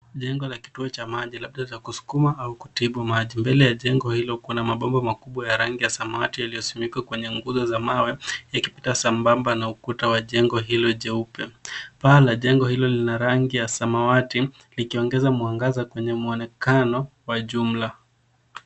Jengo la kituo cha maji labda cha kusukuma au kutibu maji mbele ya jengo hilo kuna mabomba makubwa ya rangi ya samawati yaliyosumika kwenye nguzo za mawe yakipita sambamba na ukuta wa jengo hilo jeupe paa la jengo hilo lina rangi ya samawati likiongeza mwangaza kwenye muonekano wa jumla